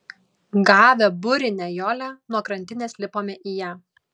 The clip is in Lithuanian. gavę burinę jolę nuo krantinės lipome į ją